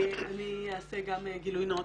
גילוי נאות,